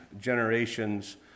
generations